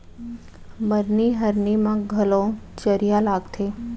मरनी हरनी म घलौ चरिहा लागथे